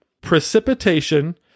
Precipitation